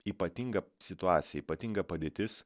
ypatinga situacija ypatinga padėtis